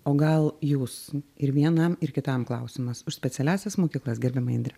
o gal jūs ir vienam ir kitam klausimas už specialiąsias mokyklas gerbiama indre